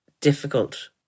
difficult